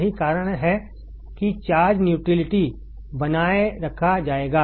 यही कारण है कि चार्ज न्यूट्रलिटी बनाए रखा जाएगा